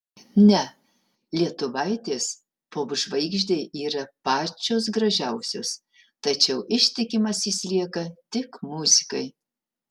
ne lietuvaitės popžvaigždei yra pačios gražiausios tačiau ištikimas jis lieka tik muzikai